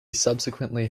subsequently